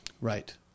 Right